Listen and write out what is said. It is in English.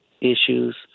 issues